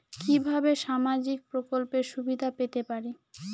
কিভাবে সামাজিক প্রকল্পের সুবিধা পেতে পারি?